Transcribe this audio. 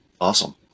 Awesome